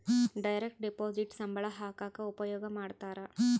direct deposit ಸಂಬಳ ಹಾಕಕ ಉಪಯೋಗ ಮಾಡ್ತಾರ